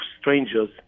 strangers